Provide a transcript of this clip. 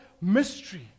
mystery